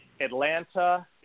Atlanta